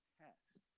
test